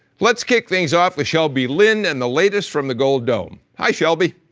let's kick things off with shelby lynn and the latest from the gold dome. hi, shelby.